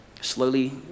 Slowly